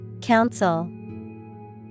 council